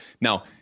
Now